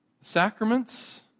Sacraments